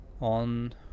on